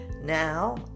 Now